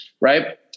Right